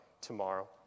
tomorrow